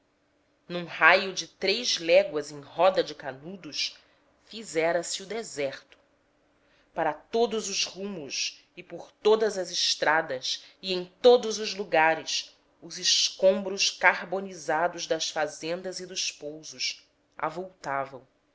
num raio de três léguas em roda de canudos fizera-se o deserto para todos os rumos e por todas as estradas e em todos os lugares os escombros carbonizados das fazendas e dos pousos avultavam